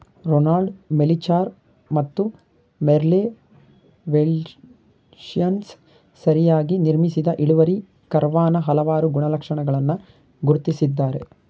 Ronald Melichar ಮತ್ತು Merle Welshons ಸರಿಯಾಗಿ ನಿರ್ಮಿಸಿದ ಇಳುವರಿ ಕರ್ವಾನ ಹಲವಾರು ಗುಣಲಕ್ಷಣಗಳನ್ನ ಗುರ್ತಿಸಿದ್ದಾರೆ